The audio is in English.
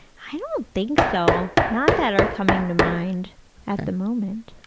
i don't think so. not that are coming to mind at the moment.